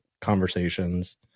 conversations